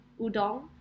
udon